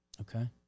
Okay